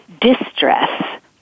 distress